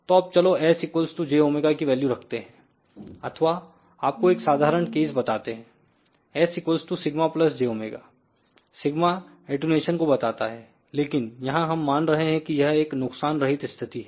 तो अब चलो s jω की वैल्यू रखते हैं अथवा आपको एक साधारण केस बताते हैं s σ jω σ अटेंन्यूशन को बताता है लेकिन यहां हम मान रहे हैं कि यह एक नुकसान रहित स्थिति है